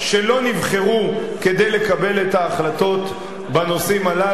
נבחרו כדי לקבל את ההחלטות בנושאים הללו.